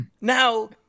now